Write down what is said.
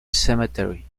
cemetery